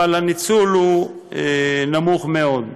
אבל הניצול נמוך מאוד.